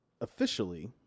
officially